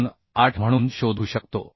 28 म्हणून शोधू शकतो